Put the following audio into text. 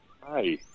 Hi